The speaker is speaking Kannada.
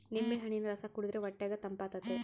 ನಿಂಬೆಹಣ್ಣಿನ ರಸ ಕುಡಿರ್ದೆ ಹೊಟ್ಯಗ ತಂಪಾತತೆ